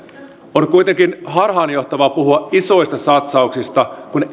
on kuitenkin harhaanjohtavaa puhua isoista satsauksista kun